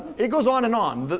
it goes on and on.